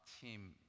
team